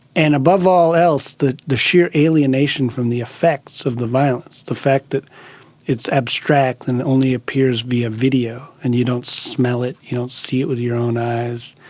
and above all else the the sheer alienation from the effects of the violence, the fact that it's abstract and it only appears via video and you don't smell it, you don't see it with your own eyes,